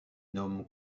nomme